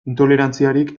intolerantziarik